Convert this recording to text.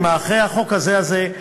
אז אחרי החוק הזה היא